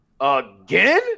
again